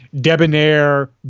debonair